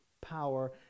power